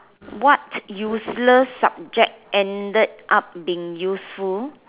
what useless subject ended up being useful